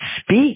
speak